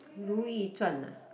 Ru-Yi-Zhuan ah